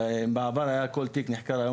אם בעבר היה נחקר בעצם כל תיק,